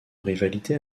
rivalité